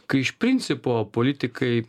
kai iš principo politikai